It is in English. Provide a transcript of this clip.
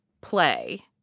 play